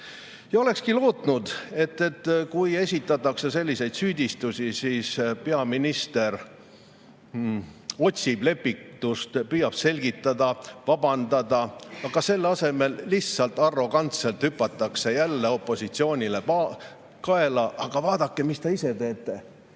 Ma oleks lootnud, et kui esitatakse selliseid süüdistusi, siis peaminister otsib lepitust, püüab selgitada ja vabandada, aga selle asemel hüpatakse lihtsalt arrogantselt jälle opositsioonile kaela – vaadake, mis te ise teete.